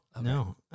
no